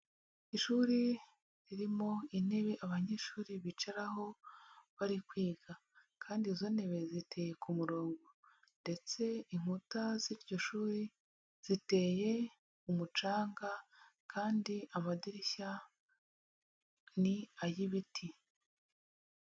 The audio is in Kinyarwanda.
Ishuri ririmo intebe abanyeshuri bicaraho bari kwiga, kandi izo ntebe ziteye ku murongo ndetse inkuta z'iryo shuri ziteye umucanga kandi amadirishya ni ay'ibiti.